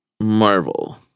Marvel